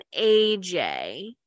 AJ